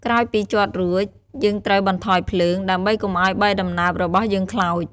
ក្រោយពីជាត់រួច យើងត្រូវបន្ថយភ្លើង ដើម្បីកុំឱ្យបាយដំណើបរបស់យើងខ្លោច។